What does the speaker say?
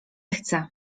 chcę